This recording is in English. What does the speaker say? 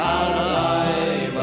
alive